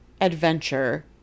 adventure